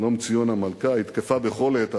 שלומציון המלכה תקפה בכל עת,